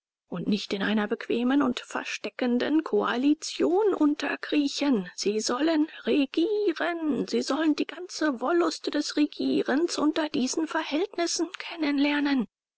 und nicht in einer bequemen und versteckenden koalition unterkriechen sie sollen regieren sie sollen die ganze wollust des regierens unter diesen verhältnissen kennenlernen